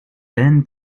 then